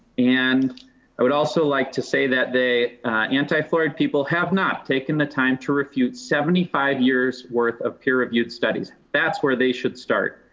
and i would also like to say that they anti fluoride people have not taken the time to refute seventy five years worth of peer reviewed studies. that's where they should start.